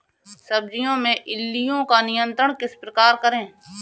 सब्जियों में इल्लियो का नियंत्रण किस प्रकार करें?